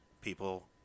people